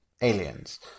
aliens